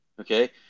Okay